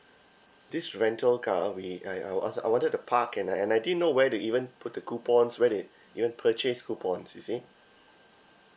this rental car we I I wa~ I wanted to park and I and I didn't know where to even put the coupons where they even purchase coupons you see